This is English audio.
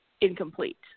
incomplete